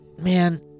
man-